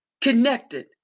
connected